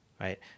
right